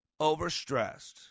overstressed